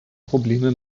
probleme